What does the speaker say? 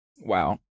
Wow